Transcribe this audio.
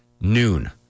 noon